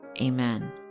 Amen